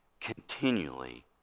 continually